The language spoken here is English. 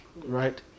Right